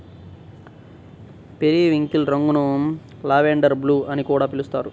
periwinkle రంగును lavender blue అని కూడా పిలుస్తారు